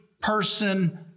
person